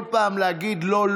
וכל פעם להגיד לא,